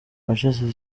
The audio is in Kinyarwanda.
manchester